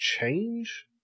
change